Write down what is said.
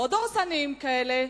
לא דורסניים כאלה,